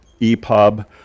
EPUB